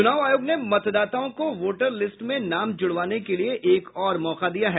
चूनाव आयोग ने मतदाताओं को वोटरलिस्ट में नाम जूड़वाने के लिए एक ओर मौका दिया है